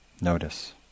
notice